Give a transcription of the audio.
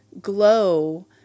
glow